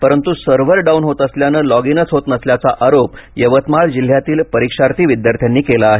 परंतु server down होत असल्यानं लॉगईनच होत नसल्याचा आरोप यवतमाळ जिल्ह्यातील परीक्षार्थी विद्यार्थ्यांनी केला आहे